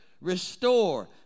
restore